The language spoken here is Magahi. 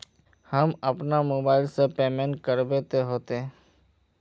हम अपना मोबाईल से पेमेंट करबे ते होते?